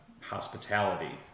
hospitality